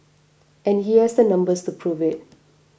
and he has the numbers to prove it